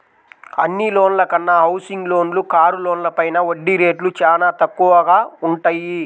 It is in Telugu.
అన్ని లోన్ల కన్నా హౌసింగ్ లోన్లు, కారు లోన్లపైన వడ్డీ రేట్లు చానా తక్కువగా వుంటయ్యి